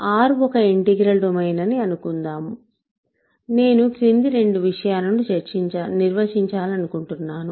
R ఒక integral domain అని అనుకుందాము నేను క్రింది రెండు విషయాలను నిర్వచించాలనుకుంటున్నాను